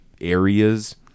areas